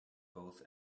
both